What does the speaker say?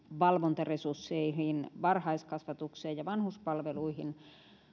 valvontaresursseihin varhaiskasvatukseen ja vanhuspalveluihin